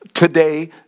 Today